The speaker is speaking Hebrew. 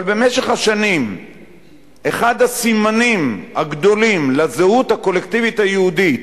אבל במשך השנים אחד הסימנים הגדולים לזהות הקולקטיבית היהודית